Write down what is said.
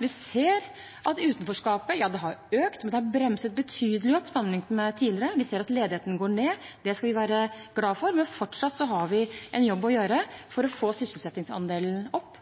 Vi ser at utenforskapet har økt, men det er bremset betydelig opp sammenliknet med tidligere. Vi ser at ledigheten går ned, og det skal vi være glad for. Men fortsatt har vi en jobb å gjøre for å få sysselsettingsandelen opp